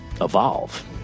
evolve